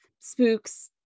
spooks